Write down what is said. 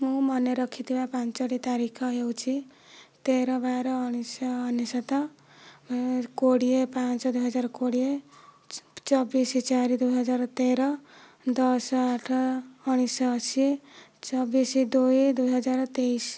ମୁଁ ମନେରଖିଥିବା ପାଞ୍ଚଟି ତାରିଖ ହେଉଛି ତେର ବାର ଉଣାଇଶଶହ ଅନେଶ୍ୱତ କୋଡ଼ିଏ ପାଞ୍ଚ ଦୁଇ ହଜାର କୋଡ଼ିଏ ଚବିଶ ଚାରି ଦୁଇ ହଜାର ତେର ଦଶ ଆଠ ଉଣାଇଶଶହ ଅଶି ଚବିଶ ଦୁଇ ଦୁଇହଜାର ତେଇଶ